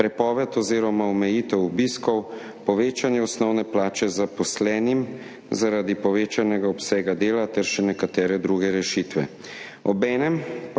prepoved oziroma omejitev obiskov, povečanje osnovne plače zaposlenim zaradi povečanega obsega dela ter še nekatere druge rešitve.